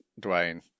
Dwayne